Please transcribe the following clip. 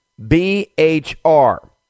BHR